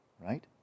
right